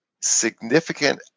significant